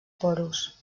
porus